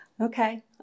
Okay